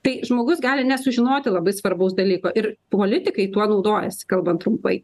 tai žmogus gali nesužinoti labai svarbaus dalyko ir politikai tuo naudojasi kalbant trumpai